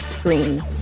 Green